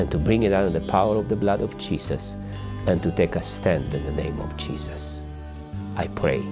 and to bring it out of the power of the blood of jesus and to take a stand in the name of jesus i pray